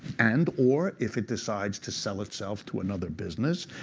and or if it decides to sell itself to another business,